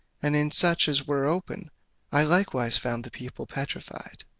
and in such as were open i likewise found the people petrified.